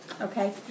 Okay